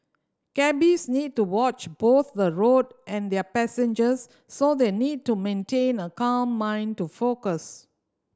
cabbies need to watch both the road and their passengers so they need to maintain a calm mind to focus